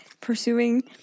pursuing